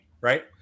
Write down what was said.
right